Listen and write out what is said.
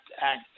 act